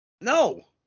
No